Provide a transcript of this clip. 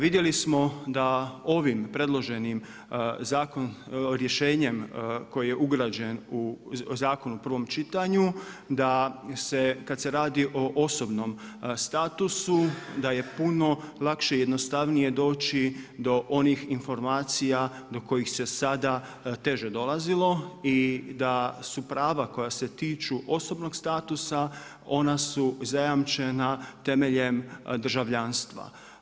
Vidjeli smo da ovim predloženim rješenjem koje ugrađen zakon u prvom čitanju da kada se radi o osobnom statusu da je puno lakše i jednostavnije doći do onih informacija do kojih se sada teže dolazilo i da su prava koja se tiču osobnog statusa ona su zajamčena temeljem državljanstva.